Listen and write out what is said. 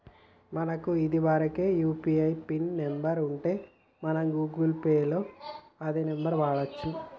మనకు ఇదివరకే UPI pin number ఉంటే మనం గూగుల్ పే లో అదే నెంబర్ వాడుకోవచ్చు